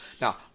Now